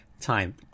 time